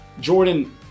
Jordan